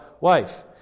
wife